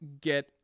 get